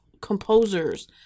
composers